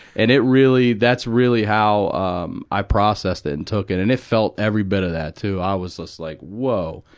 and it really that's really how um i processed it and took it. and it felt every bit of that too. i was just like, whoa.